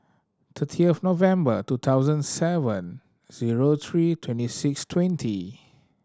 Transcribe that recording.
thirtieth November two thousand seven zero three twenty six twenty